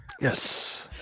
Yes